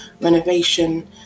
renovation